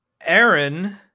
aaron